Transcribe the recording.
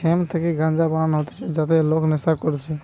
hemp থেকে গাঞ্জা বানানো হতিছে যাতে লোক নেশা করতিছে